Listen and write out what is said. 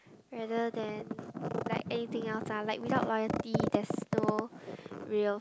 rather than like anything else ah like without loyalty there's no real